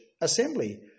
assembly